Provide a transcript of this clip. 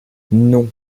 non